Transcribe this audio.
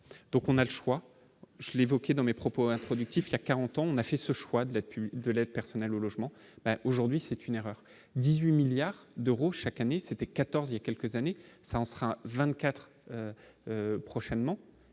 donc on a le choix : l'évoquer dans mes propos introductif qui il a 40 ans, on a fait ce choix de la pub de l'aide personnelle au logement aujourd'hui, c'est une erreur 18 milliards d'euros chaque année c'était 14 il y a quelques années, ça en sera 24 prochainement